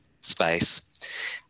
space